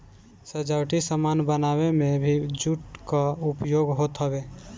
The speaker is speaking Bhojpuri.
सजावटी सामान बनावे में भी जूट कअ उपयोग होत हवे